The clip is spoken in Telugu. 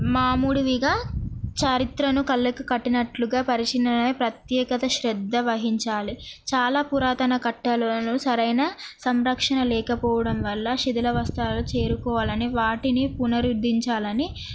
మాముడిగా చరిత్రను కళ్ళకు కట్టినట్లుగా పరిశీలన ప్రత్యేకత శ్రద్ధ వహించాలి చాలా పురాతన కథలను సరైన సంరక్షణ లేకపోవడం వల్ల శిధిలావస్థలో చేరుకోవాలి అని వాటిని పునరుద్ధించాలి అని